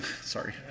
sorry